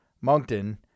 Moncton